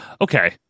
Okay